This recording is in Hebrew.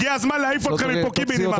הגיע הזמן להעיף אתכם מפה קיבינימט.